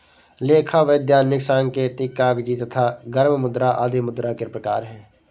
लेखा, वैधानिक, सांकेतिक, कागजी तथा गर्म मुद्रा आदि मुद्रा के प्रकार हैं